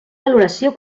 valoració